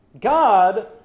God